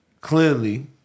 clearly